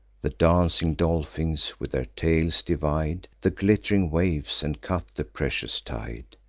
the dancing dolphins with their tails divide the glitt'ring waves, and cut the precious tide.